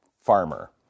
farmer